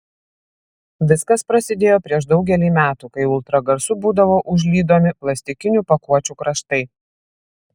viskas prasidėjo prieš daugelį metų kai ultragarsu būdavo užlydomi plastikinių pakuočių kraštai